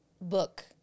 book